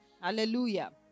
Hallelujah